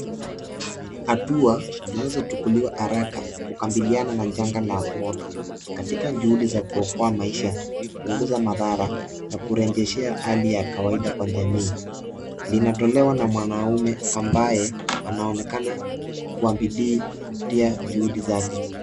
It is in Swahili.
Hatua zinazochukuliwa haraka kukabiliana na janga la moto, katika juhudi za kuokoa maisha, kupunguza madhara na kurejeshea hali ya kawaida kwa jamii linatolewa na mwanaume ambaye anaonekana kwa bidii kutia juhudi zake.